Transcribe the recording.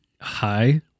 Hi